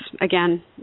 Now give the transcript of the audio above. again